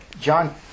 John